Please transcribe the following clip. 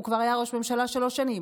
הוא כבר היה ראש ממשלה שלוש שנים.